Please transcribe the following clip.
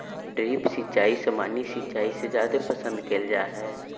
drip सिंचाई सामान्य सिंचाई से जादे पसंद कईल जा हई